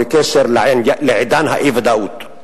בקשר לעידן האי-ודאות.